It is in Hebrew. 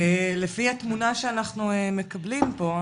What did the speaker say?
לפי התמונה שאנחנו מקבלים פה,